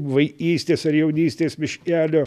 vaikystės ar jaunystės miškeio